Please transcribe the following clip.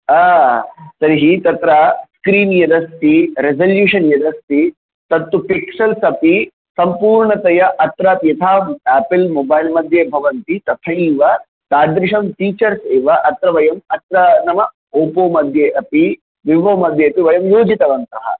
आ तर्हि तत्र स्क्रीन् यदस्ति रेसोल्यूशन् यदस्ति तत्तु पिक्सल्स् अपि सम्पूर्णतया अत्रापि यथा आपल् मोबैल् मध्ये भवन्ति तथैव तादृशं फीछर्स् एव अत्र वयम् अत्र नाम ओप्पो मध्ये अपि विवो मध्ये अपि वयं योजितवन्तः